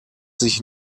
sich